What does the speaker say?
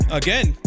again